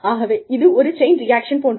ஆகவே இது ஒரு செயின் ரியாக்ஷன் போன்றது